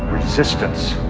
resistance